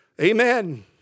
Amen